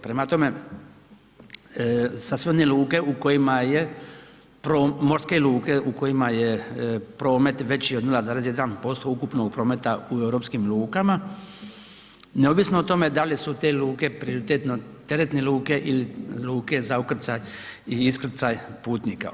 Prema tome, ... luke u kojima je, morske luke u kojima je promet veći od 0,1% ukupnog prometa u europskim lukama, neovisno o tome da li su te luke prioritetno teretne luke ili luke za ukrcaj i iskrcaj putnika.